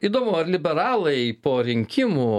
įdomu ar liberalai po rinkimų